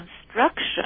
construction